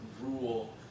rule